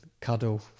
cuddle